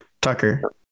Tucker